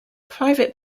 private